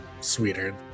sweeter